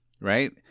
right